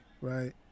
right